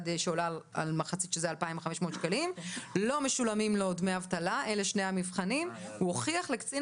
שעולה על 2,500 שקלים ושלא משולמים לו דמי אבטלה ו"הוא הוכיח לקצין